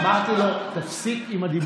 אמרתי לו, טרוריסט.